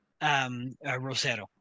Rosero